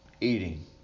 eating